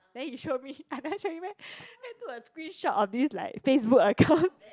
then he showed me I never show you meh then I took a screenshot of this like FaceBook account